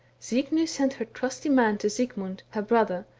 signy sent her trusty man to sigmund, her brother,